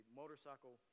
motorcycle